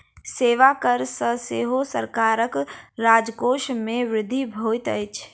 सेवा कर सॅ सेहो सरकारक राजकोष मे वृद्धि होइत छै